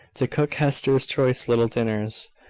to cook hester's choice little dinners!